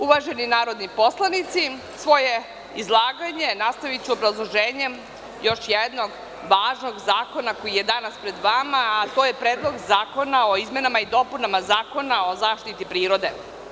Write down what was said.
Uvaženi narodni poslanici, svoje izlaganje nastaviću obrazloženjem još jednog važnog zakona koji je danas pred vama, a to je Predlog zakona o izmenama i dopunama Zakona o zaštiti prirode.